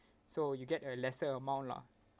so you get a lesser amount lah